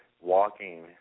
walking